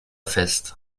fest